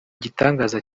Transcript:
gitangaza